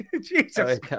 Jesus